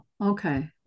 okay